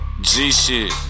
G-shit